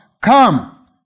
come